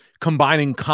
combining